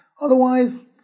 Otherwise